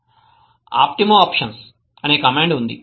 optimoptions optimoptions అనే command ఉంది